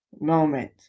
moment